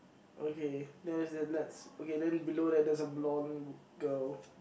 okay then is it let's okay then below that there's a blonde girl